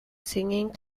singing